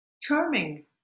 charming